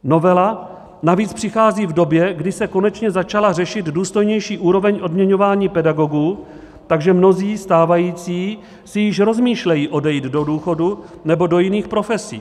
Novela navíc přichází v době, kdy se konečně začala řešit důstojnější úroveň odměňování pedagogů, takže mnozí stávající si již rozmýšlejí odejít do důchodu nebo do jiných profesí.